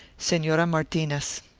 senora martinez